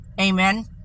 Amen